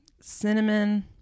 cinnamon